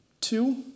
Two